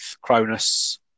Cronus